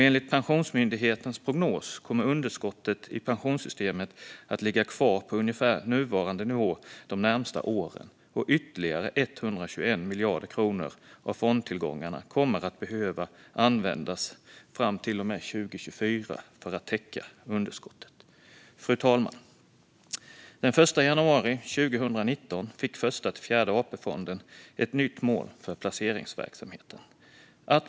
Enligt Pensionsmyndighetens prognos kommer underskottet i pensionssystemet att ligga kvar på ungefär nuvarande nivå de närmaste åren, och ytterligare 121 miljarder kronor av fondtillgångarna kommer att behöva användas fram till och med 2024 för att täcka underskottet. Fru talman! Den 1 januari 2019 fick Första-Fjärde AP-fonden ett nytt mål för placeringsverksamheten.